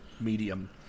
medium